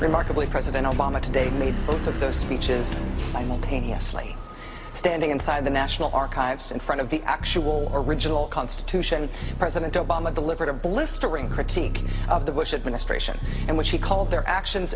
remarkably president obama today made both of those speeches simultaneously standing inside the national archives in front of the actual original constitution president obama delivered a blistering critique of the bush administration and which he called their actions